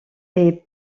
est